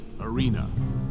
arena